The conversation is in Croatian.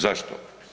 Zašto?